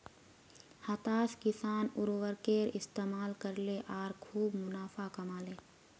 हताश किसान उर्वरकेर इस्तमाल करले आर खूब मुनाफ़ा कमा ले